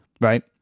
right